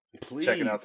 Please